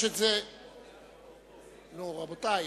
רבותי,